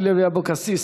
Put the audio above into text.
אורלי לוי אבקסיס,